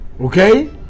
okay